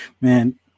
man